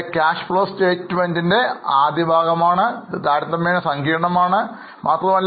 Cash Flow Statement ആദ്യഭാഗം ആണിത് ഇത് താരതമ്യേന സങ്കീർണമാണ് മാത്രമല്ല